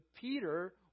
Peter